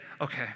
okay